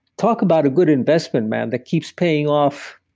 talk about a good investment, man, that keeps paying off